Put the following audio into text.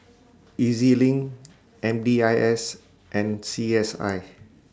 E Z LINK M D I S and C S I